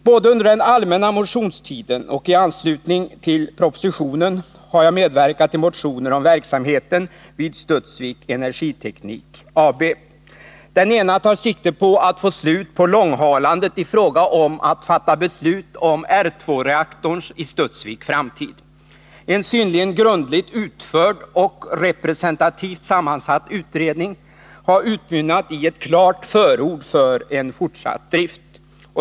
Både under den allmänna motionstiden och i anslutning till propositionen har jag medverkat till motioner om verksamheten vid Studsvik Energiteknik AB. Den ena motionen tar sikte på att få slut på långhalandet i fråga om beslutet om R 2-reaktorns i Studsvik framtid. En synnerligen grundligt utförd och representativt sammansatt utredning har utmynnat i ett klart förord för fortsatt drift.